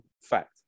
fact